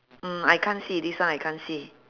mm I can't see this one I can't see